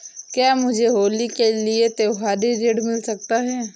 क्या मुझे होली के लिए त्यौहारी ऋण मिल सकता है?